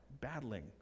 battling